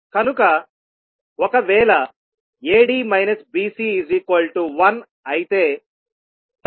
కనుక ఒకవేళ AD BC1 అయితే సర్క్యూట్ పరస్పరం అని చెప్పవచ్చు